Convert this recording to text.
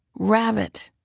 rabbit,